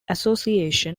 association